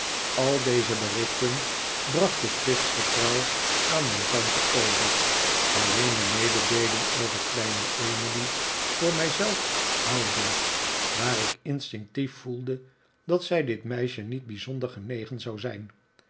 al deze berichten bracht ik plichtsgetrouw aan mijn tante over alleen de mededeeling over kleine emily voor mij zelf houdend daar ik instinctief voelde dat zij dit meisje niet bijzonder genegen zou zijn